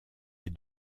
les